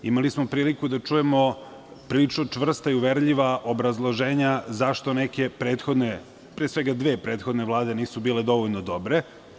Imali smo priliku da čujemo prilično čvrsta i uverljiva obrazloženja zašto neke prethodne, pre svega dve prethodne vlade nisu bile dovoljno dobre.